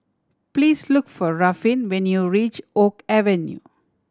please look for Ruffin when you reach Oak Avenue